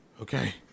Okay